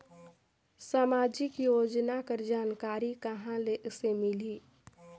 समाजिक योजना कर जानकारी कहाँ से मिलही?